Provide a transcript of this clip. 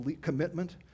commitment